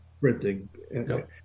printing